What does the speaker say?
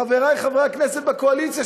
חברי חברי הכנסת בקואליציה,